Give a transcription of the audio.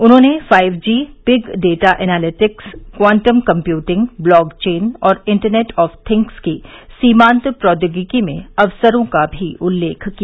उन्होंने five G big data analytics quantum computing blockchain और internet of things की सीमान्त प्रौद्योगिकी में अवसरों का भी उल्लेख किया